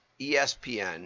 ESPN